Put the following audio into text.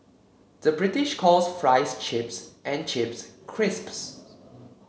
the British calls fries chips and chips crisps